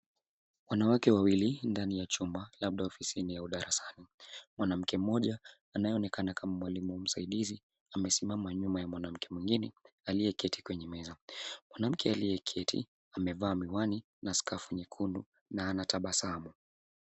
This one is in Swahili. Wanawake wawili ndani ya chumba labda ofisini au darasani, mwanamke mmoja anayeonekana kama mwalimu msaidizi amesimama nyuma ya mwanamke mwengine aliyeketi kwenye meza. Mwanamke aliyeketi amevaa miwani na skafu nyekundu na anatabasamu.